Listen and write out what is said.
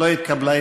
לא התקבלה.